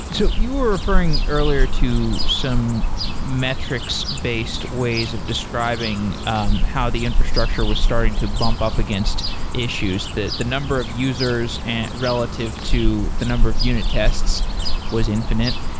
so you were referring earlier to some metrics-based ways of describing um how the infrastructure was starting to bump up against issues. the the number of users and relative to the number of unit tests was infinite.